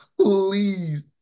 please